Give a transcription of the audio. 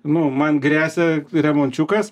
nu man gresia remončiukas